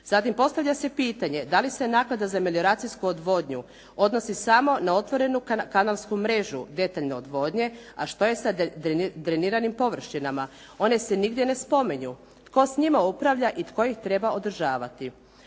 Zatim postavlja se pitanje da li se naknada za melioracijsku odvodnju odnosi samo na otvorenu kanalsku mrežu detaljne odvodnje, a što je sa dreniranim površinama? One se nigdje ne spominju. Tko s njima upravlja i tko ih treba održavati?